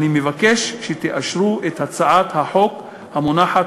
אני מבקש שתאשרו את הצעת החוק המונחת